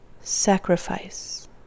Sacrifice